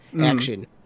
action